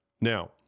Now